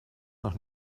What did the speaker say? noch